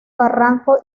barranco